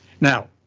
Now